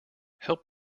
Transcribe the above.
help